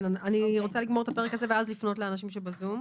אני רוצה לגמור את הפרק הזה ואז לפנות לאנשים בזום.